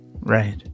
right